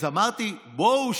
אז אמרתי: בואו,